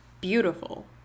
beautiful